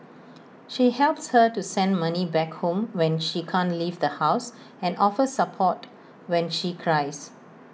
she helps her to send money back home when she can't leave the house and offers support when she cries